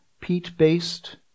peat-based